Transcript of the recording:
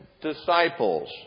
disciples